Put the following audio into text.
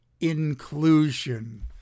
inclusion